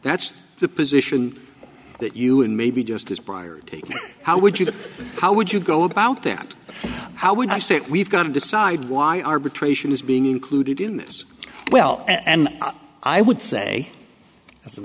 that's the position that you and maybe just as briard how would you how would you go about that how would i say it we've got to decide why arbitration is being included in this well and i would say as an